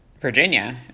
Virginia